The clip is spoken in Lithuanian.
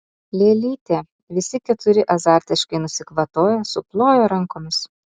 lėlytė visi keturi azartiškai nusikvatojo suplojo rankomis